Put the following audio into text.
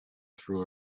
through